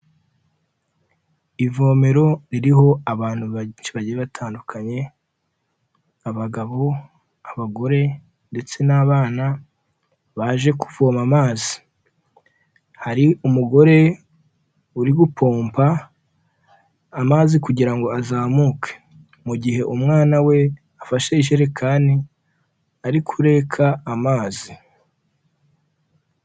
Ivomero ririho abantu benshi bagiye batandukanye abagabo, abagore ndetse n'abana baje kuvoma amazi, hari umugore uri gupompa amazi kugira ngo azamuke, mu gihe umwana we afashe ijerekani ari kureka amazi.